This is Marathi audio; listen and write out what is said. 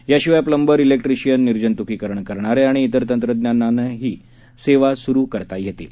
याशिवाय प्लंबर इलेक्ट्रिशियन निर्जंत्कीकरण करणारे आणि इतर तंत्रज्ञांनाही सेवा स्रू करता येतील